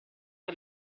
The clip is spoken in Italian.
che